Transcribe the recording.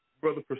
Brother